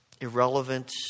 irrelevant